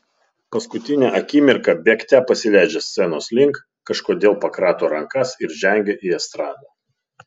paskutinę akimirką bėgte pasileidžia scenos link kažkodėl pakrato rankas ir žengia į estradą